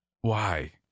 Why